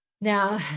now